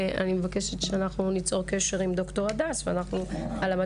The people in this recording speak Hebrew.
ואני מבקשת שניצור קשר עם ד"ר הדס על המדד,